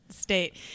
state